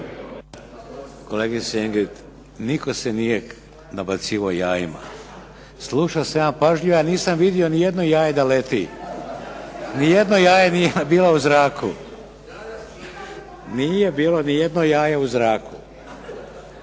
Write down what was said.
Kolegice Ingrid, nitko se nije nabacivao jajima. Slušao sam ja pažljivo, ja nisam vidio ni jedno jaje da leti. Ni jedno jaje nije bilo u zraku. Nije bilo ni jedno jaje u zraku.